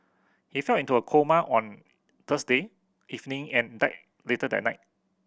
he fell into a coma on Thursday evening and died later that night